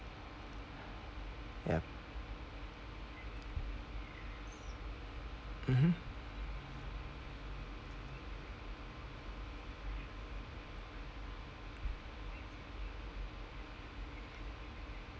ya mmhmm